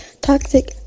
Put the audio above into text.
toxic